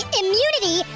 immunity